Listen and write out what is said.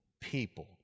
people